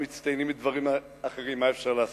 אנחנו מצטיינים בדברים אחרים, מה אפשר לעשות.